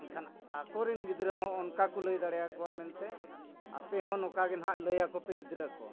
ᱮᱱᱠᱷᱟᱱ ᱟᱠᱚᱨᱮᱱ ᱜᱤᱫᱽᱨᱟᱹ ᱦᱚᱸ ᱚᱱᱠᱟ ᱠᱚ ᱞᱟᱹᱭ ᱫᱟᱲᱮᱭᱟᱠᱚᱣᱟ ᱢᱮᱱᱛᱮ ᱟᱯᱮ ᱦᱚᱸ ᱱᱚᱝᱠᱟ ᱜᱮ ᱦᱟᱸᱜ ᱞᱟᱹᱭᱟᱠᱚ ᱯᱮ ᱜᱤᱫᱽᱨᱟᱹ ᱠᱚ